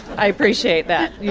i appreciate that.